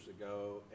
ago